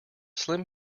slim